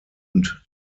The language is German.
und